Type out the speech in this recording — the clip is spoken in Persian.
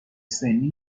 سنی